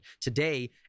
today